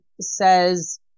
says